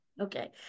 Okay